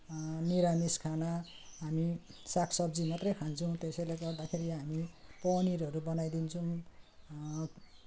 निरामिस खाना हामी सागसब्जी मात्रै खान्छौँ त्यसैले गर्दाखेरि हामी पनिरहरू बनाइदिन्छौँ